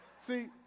See